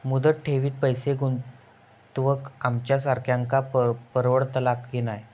मुदत ठेवीत पैसे गुंतवक आमच्यासारख्यांका परवडतला की नाय?